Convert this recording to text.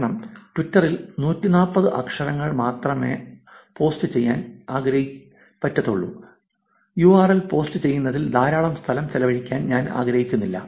കാരണം ട്വിറ്ററിൽ 140 അക്ഷരങ്ങൾ മാത്രമുള്ള ഒരു പോസ്റ്റ് ചെയ്യാൻ ഞാൻ ആഗ്രഹിക്കുമ്പോൾ യുആർഎൽ പോസ്റ്റുചെയ്യുന്നതിൽ ധാരാളം സ്ഥലം ചെലവഴിക്കാൻ ഞാൻ ആഗ്രഹിക്കുന്നില്ല